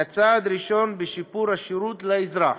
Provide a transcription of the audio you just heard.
כצעד ראשון בשיפור השירות לאזרח